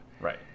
right